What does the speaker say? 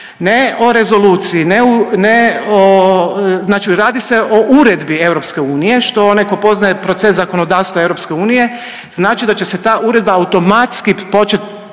ne o rezoluciji, ne o, znači radi se o uredbi EU, što onaj tko poznaje proces zakonodavstva EU, znat će da će se ta uredba automatski početi